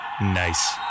Nice